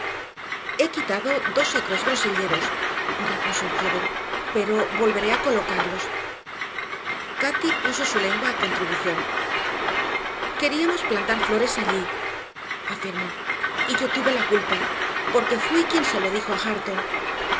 he quitado dos o tres groselleros repuso el joven pero volveré a colocarlos cati puso su lengua a contribución queríamos plantar flores allí afirmó y yo tuve la culpa porque fui quien se lo dijo a hareton